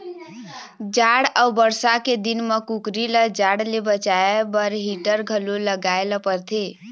जाड़ अउ बरसा के दिन म कुकरी ल जाड़ ले बचाए बर हीटर घलो जलाए ल परथे